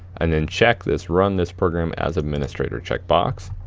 and then check this run this program as administrator checkbox.